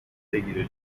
بگیره